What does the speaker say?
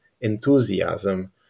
enthusiasm